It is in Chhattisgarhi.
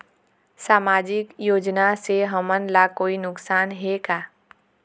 सामाजिक योजना से हमन ला कोई नुकसान हे का?